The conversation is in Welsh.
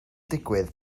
digwydd